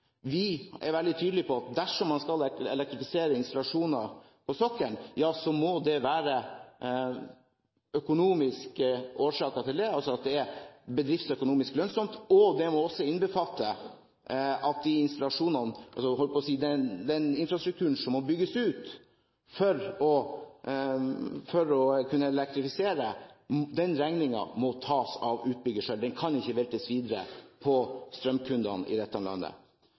være økonomiske årsaker til det, altså at det er bedriftsøkonomisk lønnsomt, og det må også innbefatte at regningen for den infrastrukturen som må bygges ut for å kunne elektrifisere, må tas av utbygger selv – den kan ikke veltes videre på strømkundene i dette landet.